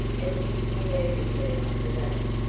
as if you needed me for that!